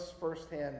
firsthand